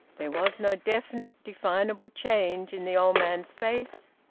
there was no definite, definable change in the old man's face,